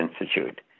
Institute